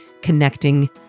connecting